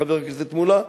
חבר הכנסת מולה,